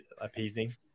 appeasing